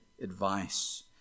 advice